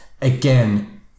again